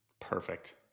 Perfect